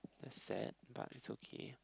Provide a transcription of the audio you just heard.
that's sad but it's okay